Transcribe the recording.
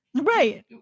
Right